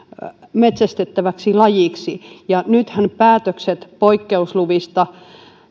metsästettäväksi lajiksi ja nythän päätökset poikkeusluvista